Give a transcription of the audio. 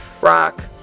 rock